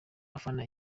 afana